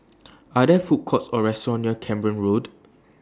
Are There Food Courts Or restaurants near Camborne Road